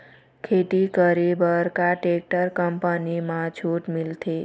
खेती करे बर का टेक्टर कंपनी म छूट मिलथे?